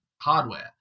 hardware